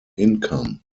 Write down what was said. income